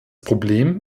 problem